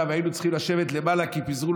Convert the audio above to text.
והיינו צריכים לשבת למעלה כי פיזרו,